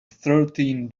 thirteen